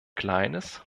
kleines